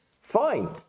fine